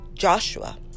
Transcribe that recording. joshua